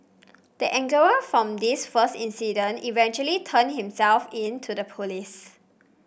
the angler from this first incident eventually turned himself in to the police